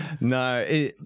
No